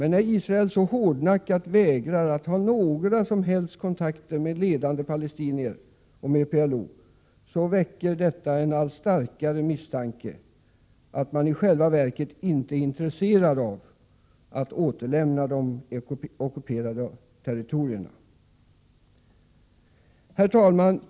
När israelerna så hårdnackat vägrar att ha några som helst kontakter med ledande palestinier och med PLO, väcker detta en allt starkare misstanke om att de i själva verket inte är intresserade av att återlämna de ockuperade territorierna. Herr talman!